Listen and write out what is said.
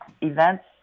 events